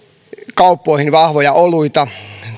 kauppoihin vahvoja oluita